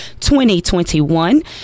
2021